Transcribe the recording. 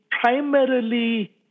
primarily